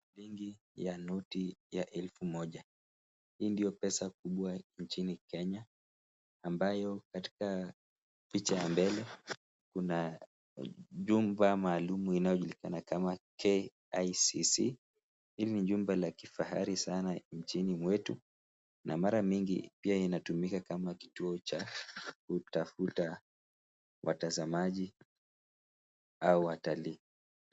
Shilingi ya noti ya elfu moja. Hii ndio pesa kubwa nchini Kenya, ambayo katika picha ya mbele kuna jumba maalumu inayojulikana kama KICC. Hili ni jumba la kifahari sana nchini mwetu na mara mingi pia inatumika kama kituo cha kutafuta watazamaji au watalii.